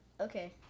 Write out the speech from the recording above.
Okay